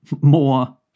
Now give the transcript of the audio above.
more